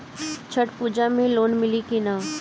छठ पूजा मे लोन मिली की ना?